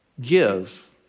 give